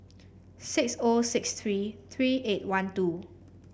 six O six three three eight one two